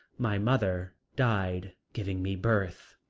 my mother died giving me birth.